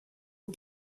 aux